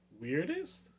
Weirdest